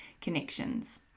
connections